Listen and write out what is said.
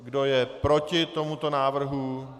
Kdo je proti tomuto návrhu?